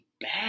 bad